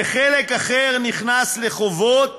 וחלק אחר נכנס לחובות